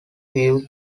view